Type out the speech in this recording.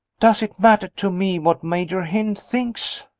does it matter to me what major hynd thinks?